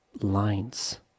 lines